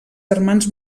germans